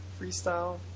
Freestyle